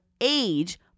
age